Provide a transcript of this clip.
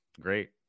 great